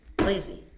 lazy